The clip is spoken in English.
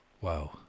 Wow